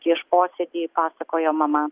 prieš posėdį pasakojo mama